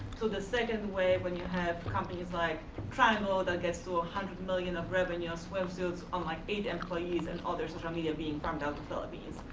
so the second way, when you have companies like tribal that gets to a hundred million of revenues, swimsuits on like eight employees, and other social media being farmed out to the philippines.